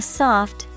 soft